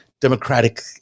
democratic